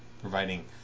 providing